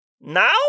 Now